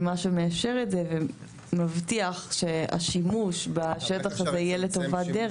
ומה שמאפשר את זה ומבטיח שהשימוש בשטח הזה יהיה לטובת דרך.